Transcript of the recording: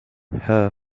her